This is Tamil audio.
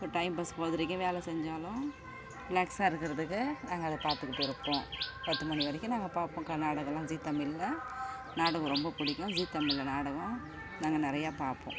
இப்போ டைம் பாஸ் பொழுதனைக்கும் வேலை செஞ்சாலும் ரிலெக்ஸ்ஸாக இருக்கிறத்துக்கு நாங்கள் அதை பார்த்துக்கிட்டு இருப்போம் பத்து மணி வரைக்கும் நாங்கள் பார்ப்போம் க நாடகல்லாம் ஜீ தமிழில் நாடகம் ரொம்ப பிடிக்கும் ஜீ தமிழில் நாடகம் நாங்கள் நிறையா பார்ப்போம்